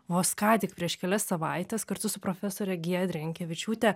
vos ką tik prieš kelias savaites kartu su profesore giedre jankevičiūte